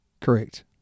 Correct